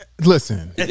listen